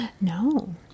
No